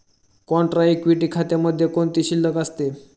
Contra equity खात्यामध्ये कोणती शिल्लक असते?